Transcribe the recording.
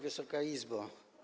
Wysoka Izbo!